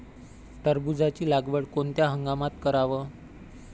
टरबूजाची लागवड कोनत्या हंगामात कराव?